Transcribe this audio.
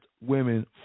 women